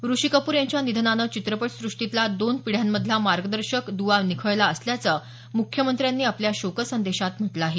ऋषी कपूर यांच्या निधनानं चित्रपट सुष्टीतला दोन पिढ्यांमधला मार्गदर्शक द्वा निखळला असल्याचं मुख्यमंत्र्यांनी आपल्या शोक संदेशात म्हटलं आहे